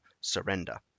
surrender